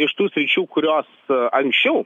iš tų sričių kurios anksčiau